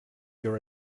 your